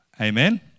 Amen